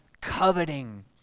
coveting